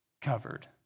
covered